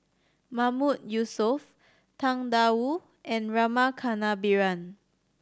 Mahmood Yusof Tang Da Wu and Rama Kannabiran